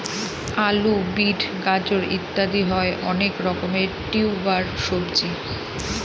আলু, বিট, গাজর ইত্যাদি হয় অনেক রকমের টিউবার সবজি